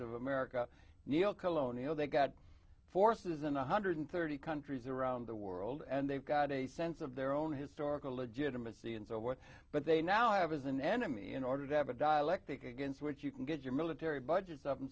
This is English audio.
of america neo colonial they've got forces in one hundred thirty countries around the world and they've got a sense of their own historical legitimacy and so forth but they now have as an enemy in order to have a dialectic against which you can get your military budgets o